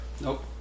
Nope